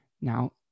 Now